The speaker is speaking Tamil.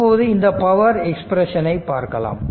இப்போது இந்த பவர் எக்ஸ்பிரஷன்னை பார்க்கலாம்